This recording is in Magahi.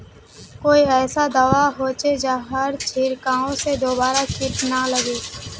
कोई ऐसा दवा होचे जहार छीरकाओ से दोबारा किट ना लगे?